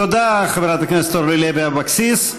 תודה, חברת הכנסת אורלי לוי אבקסיס.